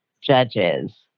judges